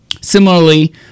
Similarly